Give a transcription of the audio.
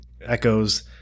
Echoes